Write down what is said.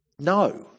no